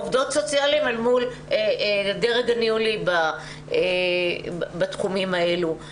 עובדות סוציאליות מול הדרג הניהולי בתחומים האלה.